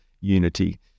unity